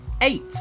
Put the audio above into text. Eight